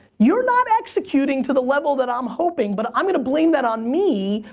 you're not executing to the level that i'm hoping, but i'm gonna blame that on me.